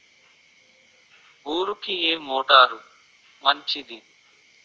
బోరుకి ఏ మోటారు మంచిది?